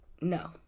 no